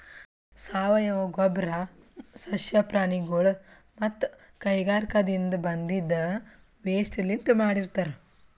ಸಾವಯವ ಗೊಬ್ಬರ್ ಸಸ್ಯ ಪ್ರಾಣಿಗೊಳ್ ಮತ್ತ್ ಕೈಗಾರಿಕಾದಿನ್ದ ಬಂದಿದ್ ವೇಸ್ಟ್ ಲಿಂತ್ ಮಾಡಿರ್ತರ್